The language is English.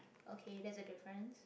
okay that's a difference